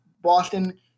Boston